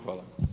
Hvala.